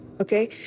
Okay